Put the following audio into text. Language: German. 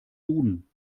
duden